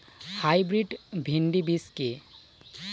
Hybrid ভীন্ডি বীজ কি?